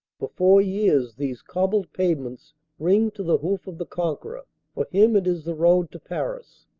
for four years these cobbled pavements ring to the hoof of the conqueror for him it is the road to paris.